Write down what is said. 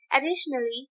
Additionally